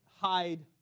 hide